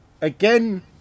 again